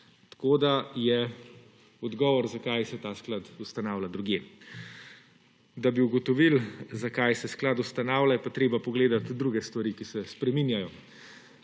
naslavljati. Odgovor zakaj se ta sklad ustanavlja je drugje. Da bi ugotovili zakaj se sklad ustanavlja je pa treba pogledati druge stvari, ki se spreminjajo.